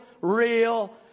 real